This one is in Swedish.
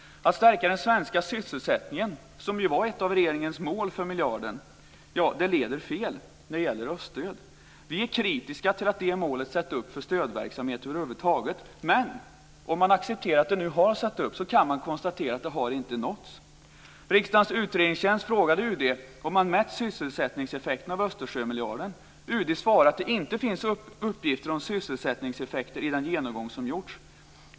Att stärka den svenska sysselsättningen, som ju var ett av regeringens mål med miljarden, leder fel när det gäller öststöd. Vi är kritiska till att det målet har satts upp för stödverksamhet över huvud taget, men om man accepterar att det nu har satts upp kan man konstatera att det inte har nåtts. Riksdagens utredningstjänst frågade UD om man hade mätt sysselsättningseffekterna av Östersjömiljarden. UD svarade att det inte finns uppgifter om sysselsättningseffekter i den genomgång som gjorts.